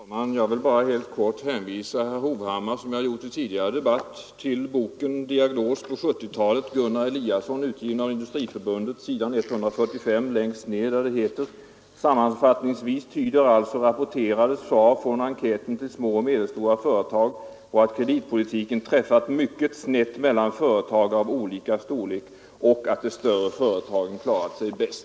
Herr talman! Jag vill bara helt kort hänvisa herr Hovhammar, som jag har gjort i en tidigare debatt, till boken Diagnos på 70-talet av Gunnar Eliasson, utgiven av Industriförbundet. Där heter det på s. 145 längst ned: ”Sammanfattningsvis tyder alltså rapporterade svar från enkäten till små och medelstora företag på att kreditpolitiken träffat mycket snett mellan företag av olika storlek och att de större företagen klarat sig bäst.”